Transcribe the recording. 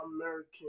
American